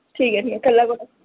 ठीक ठीक ऐ कल्लै कोला